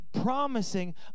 promising